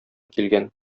килгән